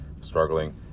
struggling